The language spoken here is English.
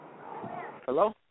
Hello